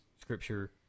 scripture